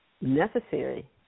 necessary